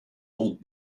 old